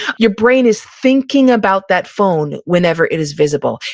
your brain is thinking about that phone whenever it is visible.